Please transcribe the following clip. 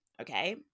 Okay